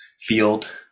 field